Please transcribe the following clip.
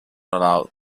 allowed